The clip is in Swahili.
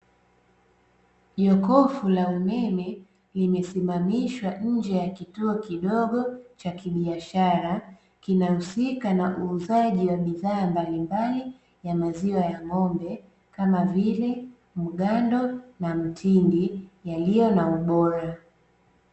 Jokofu la umeme limesimamishwa nje ya kituo kidogo cha kibiashara, kinahusika na uuzaji wa bidhaa mbalimbali ya maziwa ya ng'ombe kama vile mgando na mtindi; yaliyo na ubora.